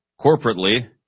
corporately